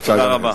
תודה רבה.